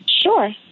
Sure